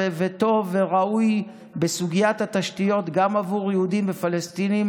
טוב וראוי בסוגיית התשתיות גם עבור יהודים ופלסטינים